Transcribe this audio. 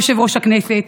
יושב-ראש הכנסת,